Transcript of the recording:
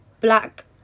black